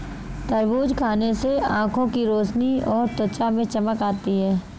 तरबूज खाने से आंखों की रोशनी और त्वचा में चमक आती है